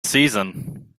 season